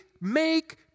make